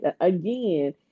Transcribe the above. again